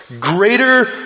greater